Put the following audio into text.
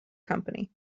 company